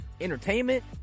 entertainment